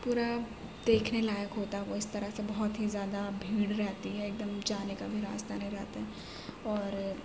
پورا دیکھنے لائق ہوتا وہ اس طرح سے بہت ہی زیادہ بھیڑ رہتی ہے ایک دم جانے کا بھی راستہ نہیں رہتے اور